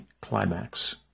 climax